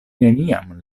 neniam